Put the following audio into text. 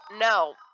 no